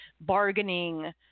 bargaining